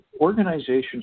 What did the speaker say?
organizations